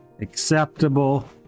acceptable